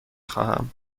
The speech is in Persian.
خواهم